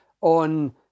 on